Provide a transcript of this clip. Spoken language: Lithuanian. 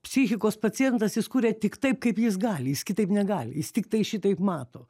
psichikos pacientas jis kuria tik taip kaip jis gali jis kitaip negali jis tiktai šitaip mato